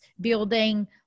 building